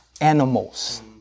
animals